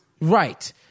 Right